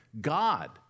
God